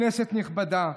כנסת נכבדה,